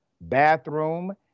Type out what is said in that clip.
bathroom